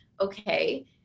okay